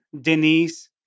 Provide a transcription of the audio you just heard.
Denise